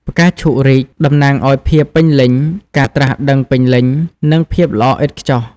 ផ្កាឈូករីក តំណាងឱ្យភាពពេញលេញ ការត្រាស់ដឹងពេញលេញ និងភាពល្អឥតខ្ចោះ។